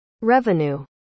Revenue